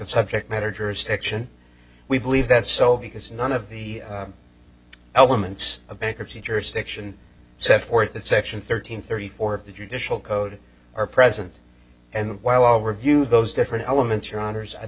subject matter jurisdiction we believe that so because none of the elements of bankruptcy jurisdiction set forth that section thirteen thirty four of the judicial code are present and while i will review those different elements